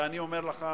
ואני אומר לך,